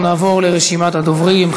אנחנו נעבור לרשימת הדוברים.